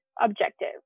objective